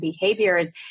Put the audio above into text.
behaviors